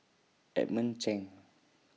Edmund Cheng